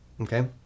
Okay